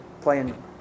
playing